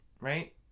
right